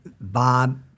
Bob